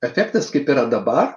efektas kaip yra dabar